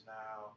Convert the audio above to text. now